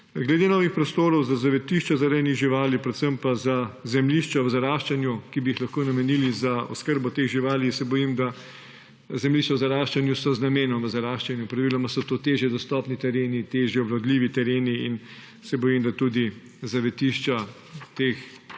Glede novih prostorov za zavetišča za rejne živali, predvsem pa za zemljišča v zaraščanju, ki bi jih lahko namenili za oskrbo teh živali, se bojim, da zemljišča v zaraščanju so z namenom v zaraščanju. Praviloma so to težje dostopni tereni, težje obvladljivi tereni in se bojim, da tudi zavetišča teh zemljišč